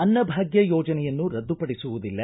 ಅನ್ನ ಭಾಗ್ಯ ಯೋಜನೆಯನ್ನು ರದ್ದು ಪಡಿಸುವುದಿಲ್ಲ